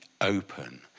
open